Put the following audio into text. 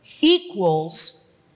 equals